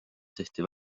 tehti